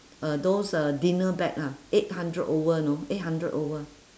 uh those uh dinner bag lah eight hundred over know eight hundred over